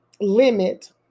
limit